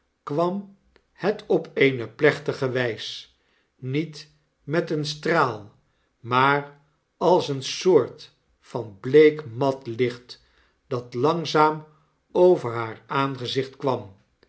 kwam het op eene plechtige wys niet met een straal maar als een soortvanbleekmatlichtdatlangzaam over haar aangezicht kwam